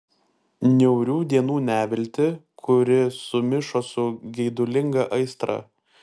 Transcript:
niaurių dienų neviltį kuri sumišo su geidulinga aistra